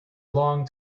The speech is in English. long